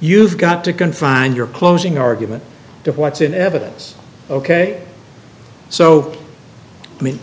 you've got to confine your closing argument to what's in evidence ok so i mean